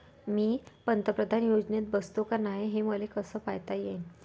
मी पंतप्रधान योजनेत बसतो का नाय, हे मले कस पायता येईन?